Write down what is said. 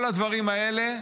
כל הדברים האלה,